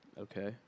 Okay